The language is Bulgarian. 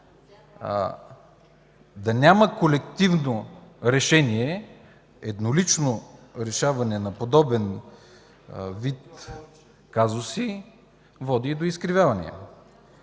да няма колективно решение, едноличното решаване на подобен вид казуси води до изкривявания.